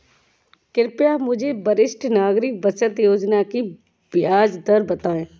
कृपया मुझे वरिष्ठ नागरिक बचत योजना की ब्याज दर बताएं?